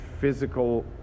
physical